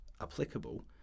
applicable